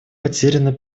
потеряно